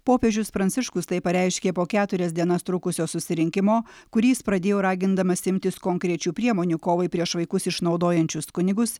popiežius pranciškus tai pareiškė po keturias dienas trukusio susirinkimo kurį jis pradėjo ragindamas imtis konkrečių priemonių kovai prieš vaikus išnaudojančius kunigus